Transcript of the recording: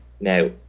Now